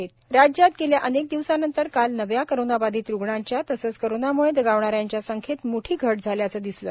राज्य कोरोना राज्यात गेल्या अनेक दिवसानंतर काल नव्या कोरोनाबाधित रुग्णांच्या तसंच कोरोनामूळे दगावणाऱ्यांच्या संख्येत मोठी घट झाल्याचं दिसलं